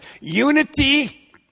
unity